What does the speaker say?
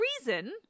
reason